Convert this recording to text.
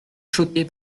choquée